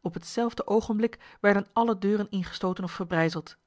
op hetzelfde ogenblik werden alle deuren ingestoten of verbrijzeld